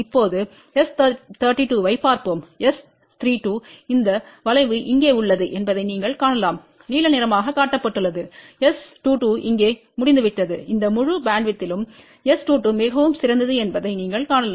இப்போது S32ஐப் பார்ப்போம் S32இந்த வளைவு இங்கே உள்ளது என்பதைநீங்கள் காணலாம் நீல நிறமாகக் காட்டப்பட்டுள்ளது S22இங்கேமுடிந்துவிட்டது இந்த முழு பேண்ட்வித்யிலும் S22மிகவும் சிறந்ததுஎன்பதை நீங்கள் காணலாம்